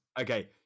okay